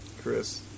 Chris